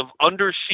undersea